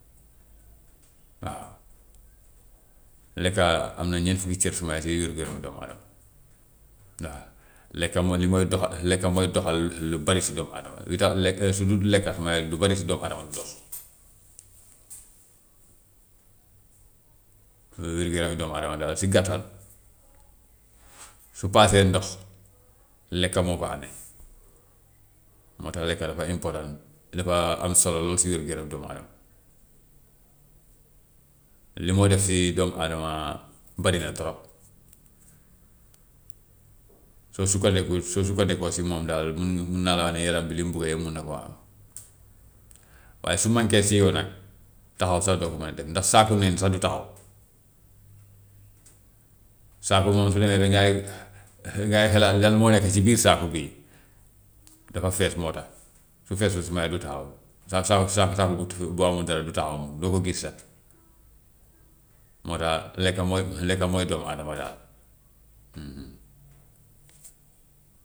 waaw lekka am na ñeent fukki cër suma si wér-gu-yaramu doomu adama. Ndax lekka mooy li mooy doxa lekka mooy doxal lu bëri si doomu adama bi lu tax lekk su dut lekka lu bari si doomu adama du dox. Wér-gu-yaramu doomu adama daal si gàttal su paasee ndox, lekka moo ko ame, moo tax lekk dafa important, dafa am na solo lool si wér-gu-yaramu doomu adama. Li moo def si doomu adama bari na trop, soo sukkandikul soo sukkandikoo si moom daal mun mun naa laa wax ne yaram bi li mu bugga yëpp mun na koo am. Waaye su mànkee si yow nag taxaw sax doo ko mën a def, ndax saako neen sax du taxaw, saako moom su demee ba ngay, ngay xalaat lan moo nekk si biir saako bii dafa fees moo tax, su feesut su moyee du taxaw, sa- sa- saako saako bu amut dara du taxaw moom doo ko gis sax. Moo tax lekk mooy lekk mooy doomu adama daal.